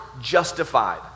justified